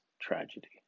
tragedy